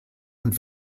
und